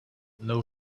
know